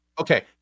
Okay